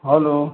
hello